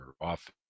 off